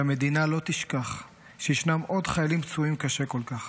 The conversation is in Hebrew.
שהמדינה לא תשכח שישנם עוד חיילים פצועים קשה כל כך.